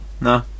No